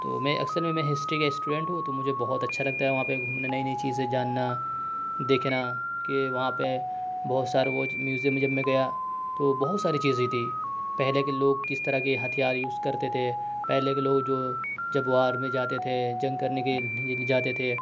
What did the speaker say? تو میں اکثر میں میں ہسٹری کا اسٹوڈنٹ ہوں تو مجھے بہت اچھا لگتا ہے وہاں پہ گھومنا نئی نئی چیزیں جاننا دیکھنا کہ وہاں پہ بہت سارے وہ میوزیم میں جب میں گیا تو بہت ساری چیزیں تھیں پہلے کے لوگ کس طرح کے ہتھیار یوز کرتے تھے پہلے کے لوگ جو جب وار میں جاتے تھے جنگ کرنے کے لیے جاتے تھے